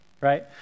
right